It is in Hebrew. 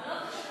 לא,